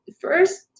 first